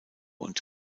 und